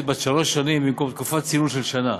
בת שלוש שנים במקום תקופת צינון של שנה.